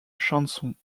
chansons